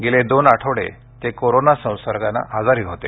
गेले दोन आठवडे ते कोरोना संसर्गानं आजारी होते